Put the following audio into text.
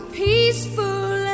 peaceful